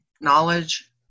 knowledge